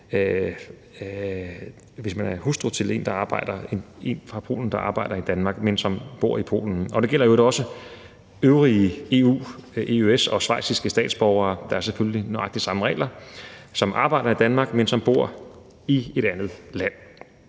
hvis man er hustru til en fra Polen, der arbejder i Danmark, men som bor i Polen. Det gælder i øvrigt også øvrige EU-statsborgere, EØS-statsborgere og schweiziske statsborgere – der er der selvfølgelig nøjagtig samme regler – som arbejder i Danmark, men som bor i et andet land.